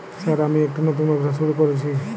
Sir আমি একটি নতুন ব্যবসা শুরু করেছি?